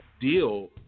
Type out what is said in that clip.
deal